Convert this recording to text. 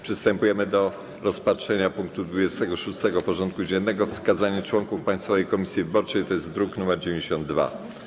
Przystępujemy do rozpatrzenia punktu 26. porządku dziennego: Wskazanie członków Państwowej Komisji Wyborczej (druk nr 92)